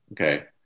Okay